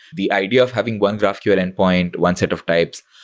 the idea of having one graphql endpoint, one set of types,